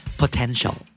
potential